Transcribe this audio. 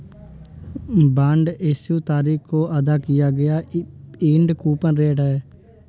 bond issue तारीख को अदा किया गया यील्ड कूपन रेट है